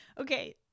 Okay